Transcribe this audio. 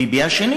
פרעה ביבי השני.